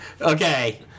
Okay